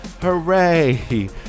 Hooray